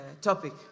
topic